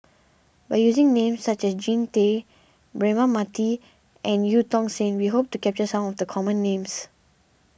by using names such as Jean Tay Braema Mathi and Eu Tong Sen we hope to capture some of the common names